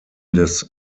des